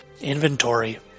inventory